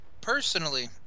personally